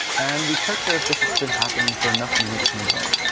and we check for if this has has been happening for enough minutes in a row.